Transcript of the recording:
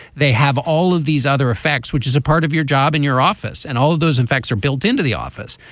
they have all of these other effects which is a part of your job in your office. and all of those effects are built into the office.